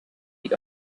eat